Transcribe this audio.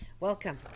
Welcome